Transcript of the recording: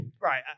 right